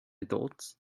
adults